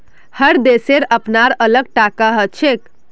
हर देशेर अपनार अलग टाका हछेक